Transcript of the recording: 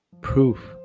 proof